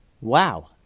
Wow